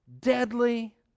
deadly